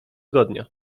tygodnia